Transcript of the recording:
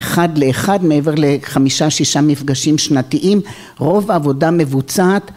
אחד לאחד מעבר לחמישה שישה מפגשים שנתיים, רוב עבודה מבוצעת